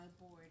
board